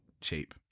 cheap